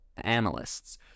analysts